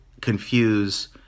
confuse